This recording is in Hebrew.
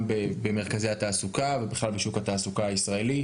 במרכזי התעסוקה ובכלל בשוק התעסוקה הישראלי.